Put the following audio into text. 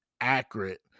accurate